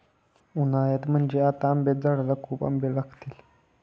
उन्हाळ्यात म्हणजे आता आंब्याच्या झाडाला खूप आंबे लागतील